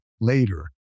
later